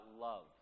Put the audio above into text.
love